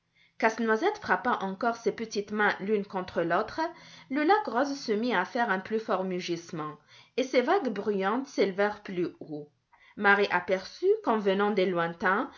casse-noisette frappa encore ses petites mains l'une contre l'autre le lac rose se mit à faire un plus fort mugissement et ses vagues bruyantes s'élevèrent plus haut marie aperçut comme venant des lointains